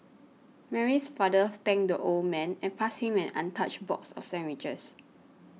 Mary's father thanked the old man and passed him an untouched box of sandwiches